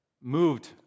moved